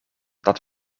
dat